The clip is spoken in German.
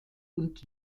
und